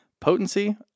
potency